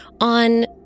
on